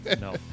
No